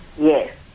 Yes